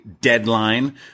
Deadline